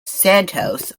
santos